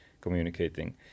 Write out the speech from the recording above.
communicating